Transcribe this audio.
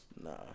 Nah